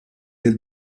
del